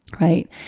right